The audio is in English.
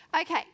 Okay